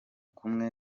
kumwe